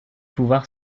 pouvoir